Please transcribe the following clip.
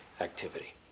activity